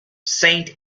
saint